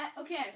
Okay